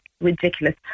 ridiculous